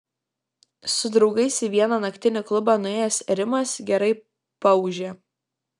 su draugais į vieną naktinį klubą nuėjęs rimas gerai paūžė